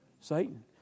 satan